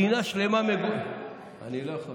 אני לא יכול,